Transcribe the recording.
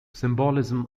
symbolism